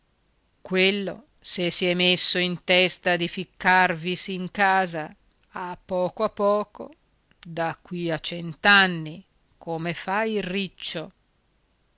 quello se si è messo in testa di ficcarvisi in casa a poco a poco da qui a cent'anni come fa il riccio